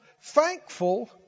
Thankful